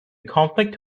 conflict